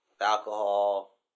alcohol